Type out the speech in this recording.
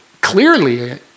clearly